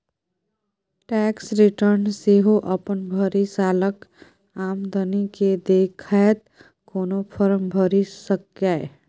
tax return सेहो अपन भरि सालक आमदनी केँ देखैत कोनो फर्म भरि सकैए